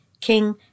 king